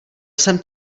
jsem